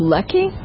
Lucky